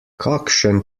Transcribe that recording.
kakšen